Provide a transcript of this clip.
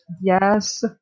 yes